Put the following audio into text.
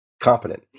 competent